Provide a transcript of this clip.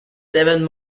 seven